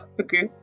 Okay